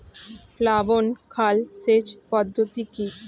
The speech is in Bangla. প্লাবন খাল সেচ পদ্ধতি কি?